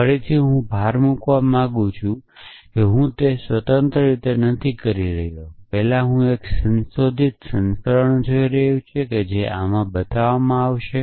ફરીથી હું ભાર મૂકવા માંગુ છું હું તે સ્વતંત્ર રીતે કરી રહ્યો નથી પહેલા હું હવે એક સંશોધિત સંસ્કરણ જોઈ રહ્યો છું જે આમાં બનાવવામાં આવશે